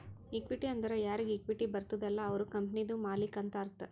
equity ಅಂದುರ್ ಯಾರಿಗ್ equity ಬರ್ತುದ ಅಲ್ಲ ಅವ್ರು ಕಂಪನಿದು ಮಾಲ್ಲಿಕ್ ಅಂತ್ ಅರ್ಥ